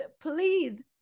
please